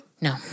No